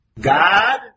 God